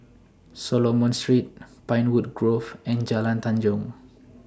Solomon Street Pinewood Grove and Jalan Tanjong